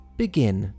begin